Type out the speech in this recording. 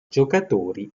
giocatori